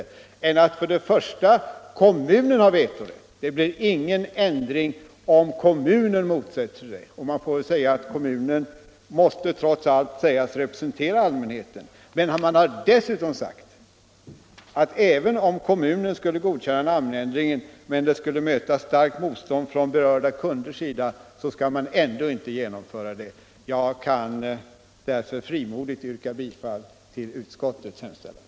För det första har ju kommunen vetorätt. Det blir ingen ändring om kommunen motsätter sig den, och kommunen måste trots allt sägas representera allmänheten. För det andra har man sagt att om kommunen skulle godkänna namnändringen men den skulle möta starkt motstånd från berörda kunders sida, skall man ändå inte genomföra den. Jag kan därför frimodigt yrka bifall till utskottets hemställan